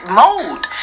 mode